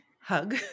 hug